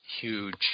huge